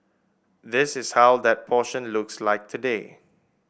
this is how that portion looks like today